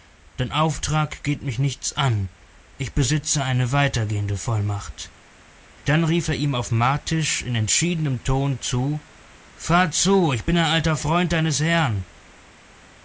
dein auftrag geht mich nichts an ich besitze eine weitergehende vollmacht dann rief er ihm auf martisch in entschiedenem ton zu fahr zu ich bin ein alter freund deines herrn